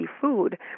food